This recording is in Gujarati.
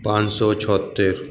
પાંચસો છોંત્તેર